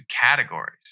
categories